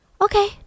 okay